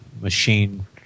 machine